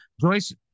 Joyce